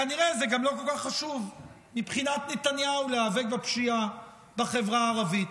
כנראה זה גם לא כל כך חשוב מבחינת נתניהו להיאבק בפשיעה בחברה הערבית.